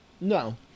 No